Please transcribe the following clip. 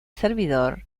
servidor